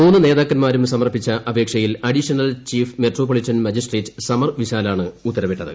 മൂന്നു നേതാക്കന്മാരും സമർപ്പിച്ച അപേക്ഷയിൽ additional chief metropolitan magistrate Samar വിശാലാണ് ഉത്തരവിട്ടത്